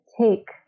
take